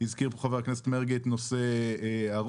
הזכיר פה חה"כ מרגי את נושא הרוח,